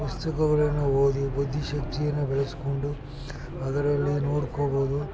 ಪುಸ್ತಕಗಳನ್ನು ಓದಿ ಬುದ್ಧಿ ಶಕ್ತಿಯನ್ನು ಬೆಳೆಸ್ಕೊಂಡು ಅದರಲ್ಲಿ ನೋಡ್ಕೊಳ್ಬೌದು